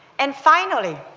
and finally,